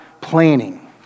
planning